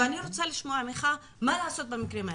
אני רוצה לשמוע ממך מה לעשות במקרים האלה.